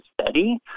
steady